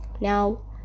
now